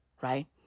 right